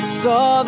saw